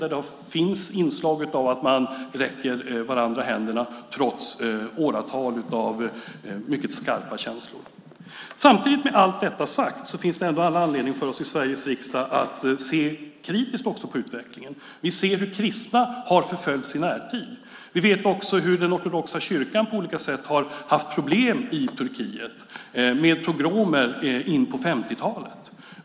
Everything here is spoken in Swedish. Där finns inslag av att man räcker varandra händerna, trots åratal av mycket starka känslor. Samtidigt, med allt detta sagt, finns ändå all anledning för oss i Sveriges riksdag att se kritiskt på utvecklingen. Vi ser hur kristna har förföljts i närtid. Vi vet också hur den ortodoxa kyrkan på olika sätt har haft problem i Turkiet med pogromer in på 50-talet.